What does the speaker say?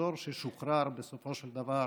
אזור ששוחרר בסופו של דבר